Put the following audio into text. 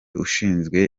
ushinzwe